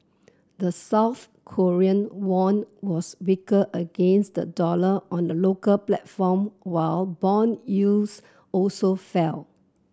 the South Korean won was weaker against the dollar on the local platform while bond yields also fell